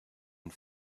and